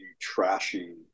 trashy